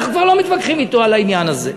אנחנו כבר לא מתווכחים אתו על העניין הזה.